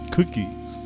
Cookies